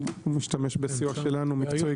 הוא משתמש בסיוע שלנו.